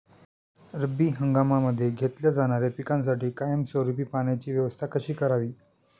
रब्बी हंगामामध्ये घेतल्या जाणाऱ्या पिकांसाठी कायमस्वरूपी पाण्याची व्यवस्था कशी करावी?